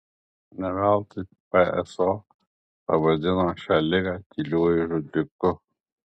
ne veltui pso pavadino šią ligą tyliuoju žudiku